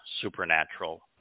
supernatural